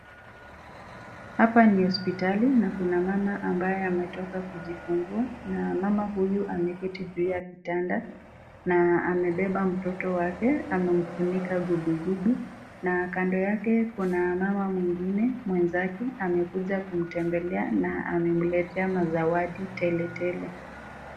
Hapa ni hospitali na kuna mama ambaye ametoka kujifungua na mama huyu ameketi juu ya kitanda amebeba mtoto wake amamfunika gubi gubi na kando yake kuna mama mwingine mwenzake amekuja kumtembelea na amemletea mazawadi tele tele.